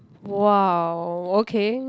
!wow! okay